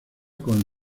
con